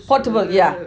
portable yeah